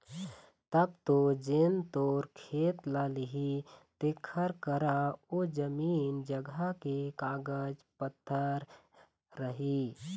तब तो जेन तोर खेत ल लिही तेखर करा ओ जमीन जघा के कागज पतर रही